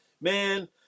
man